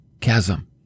Chasm